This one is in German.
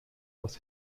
aus